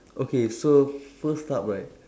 okay so first up right